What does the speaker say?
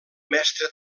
mestre